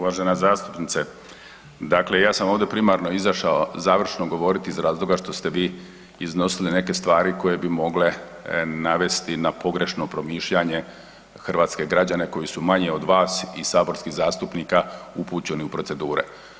Uvažena zastupnice, dakle ja sam ovdje primarno izašao završno govoriti iz razloga što ste vi iznosili neke stvari koje bi mogle navesti na pogrešno promišljanje hrvatske građane koji su manje od vas i saborskih zastupnika upućeni u procedure.